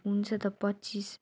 हुन्छ त पच्चिस